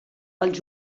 els